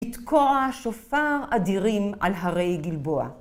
לתקוע שופר אדירים על הרי גלבוע.